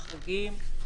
החגים,